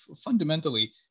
fundamentally